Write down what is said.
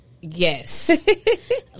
yes